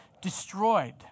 destroyed